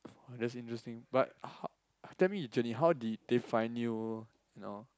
that's interesting but ha~ tell me actually how did they find you you know